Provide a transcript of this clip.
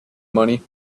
money